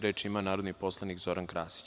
Reč ima narodni poslanik Zoran Krasić.